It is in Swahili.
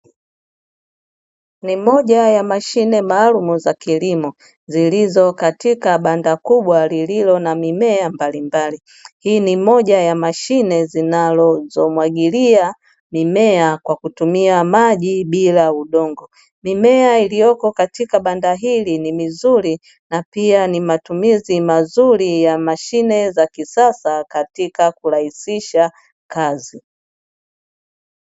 Ni moja ya mashine maalumu za kilimo zilizo katika banda kubwa lililo na mimea mbalimbali. Hii ni mija ya mashine zinazomwagilia mimea kwa kutumia maji bila ya udongo. Mimea iliyoko katika banda hili ni mizuri na pia matumizi ya mashine za kisasa katika kurahisisha kazi.